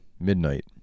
midnight